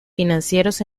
financieros